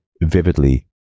vividly